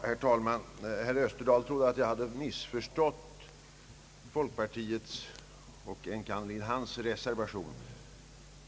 Herr talman! Herr Österdahl trodde att jag hade missförstått folkpartiets, enkannerligen hans, reservation.